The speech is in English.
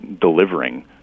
delivering